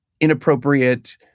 inappropriate